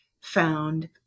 found